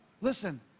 listen